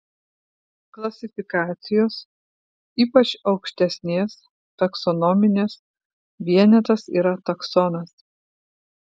klasifikacijos ypač aukštesnės taksonominės vienetas yra taksonas